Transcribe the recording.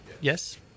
yes